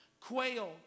Quail